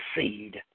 seed